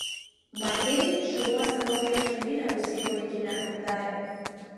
matei šiluose naują štanginę rūsy po ikine atidarė